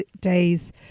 days